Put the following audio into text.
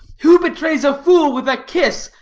who betrays a fool with a kiss,